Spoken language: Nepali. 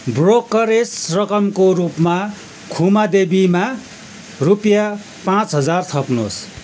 ब्रोकरेज रकमको रूपमा खुमा देवीमा रुपियाँ पाँच हजार थप्नुहोस्